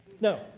No